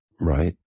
Right